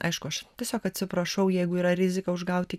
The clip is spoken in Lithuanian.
aišku aš tiesiog atsiprašau jeigu yra rizika užgauti